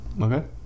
okay